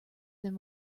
than